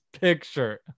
Picture